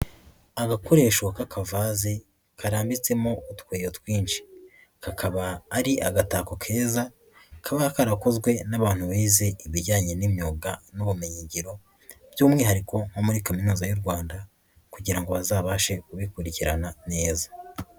Agakoreshwa k'akavaze karambitsemo utweyo twinshi, kakaba ari agataboko keza kaba karakozwe n'abantu bize ibijyanye n'imyuga n'ubumenyingiro by'umwihariko nko muri Kaminuza y'u Rwanda kugira ngo bazabashe kubikurikirana neza.